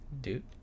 Dude